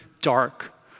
dark